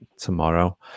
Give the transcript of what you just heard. tomorrow